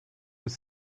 was